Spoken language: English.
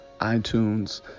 iTunes